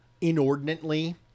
inordinately